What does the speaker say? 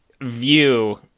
view